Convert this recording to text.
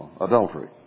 adultery